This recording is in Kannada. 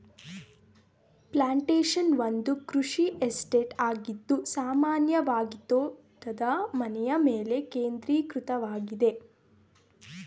ಪ್ಲಾಂಟೇಶನ್ ಒಂದು ಕೃಷಿ ಎಸ್ಟೇಟ್ ಆಗಿದ್ದು ಸಾಮಾನ್ಯವಾಗಿತೋಟದ ಮನೆಯಮೇಲೆ ಕೇಂದ್ರೀಕೃತವಾಗಿದೆ